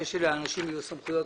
זה שלאנשים יהיו סמכויות,